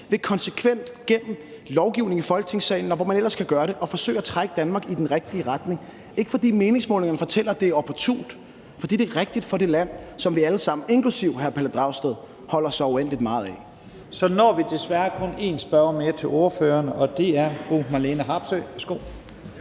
ved konsekvent gennem lovgivning i Folketingssalen, og hvor man ellers kan gøre det, at forsøge at trække Danmark i den rigtige retning – ikke fordi meningsmålingerne fortæller, at det er opportunt, men fordi det er rigtigt for det land, som vi alle sammen, inklusive hr. Pelle Dragsted, holder så uendelig meget af. Kl. 10:52 Første næstformand (Leif Lahn Jensen): Vi når desværre kun én spørger mere til ordføreren. Det er fru Marlene Harpsøe.